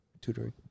tutoring